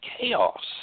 chaos